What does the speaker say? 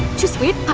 just wait,